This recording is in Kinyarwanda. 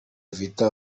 vita